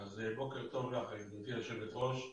בוקר טוב גברתי היושבת-ראש.